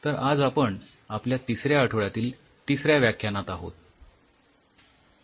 तर आज आपण आपल्या तिसऱ्या आठवड्यातील तिसऱ्या व्याख्यानात आहोत